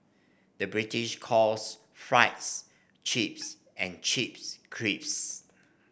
the British calls fries chips and chips crisps